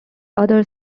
other